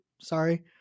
Sorry